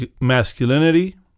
masculinity